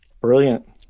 Brilliant